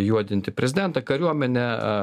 juodinti prezidentą kariuomenę